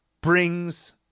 brings